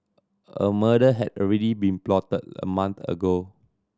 a murder had already been plotted a month ago